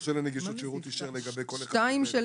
"מורשה לנגישות השירות אישר לגבי כל אחד"- -- של 12ב,